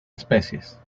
especies